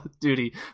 Duty